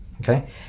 Okay